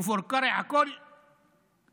לכפר קרע, לבאקה.